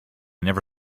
never